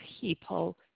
people